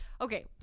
Okay